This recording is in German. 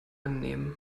annehmen